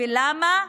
ולמה?